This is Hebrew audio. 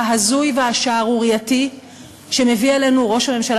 ההזוי והשערורייתי שמביא עלינו ראש הממשלה